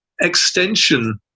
extension